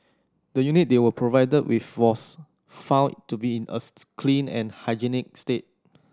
the unit they were provided with was found to be in a clean and hygienic state